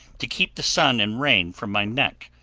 to keep the sun and rain from my neck,